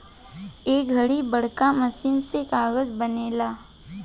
ए घड़ी बड़का मशीन से कागज़ बनेला